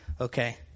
Okay